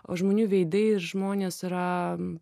o žmonių veidai ir žmonės yra